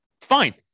fine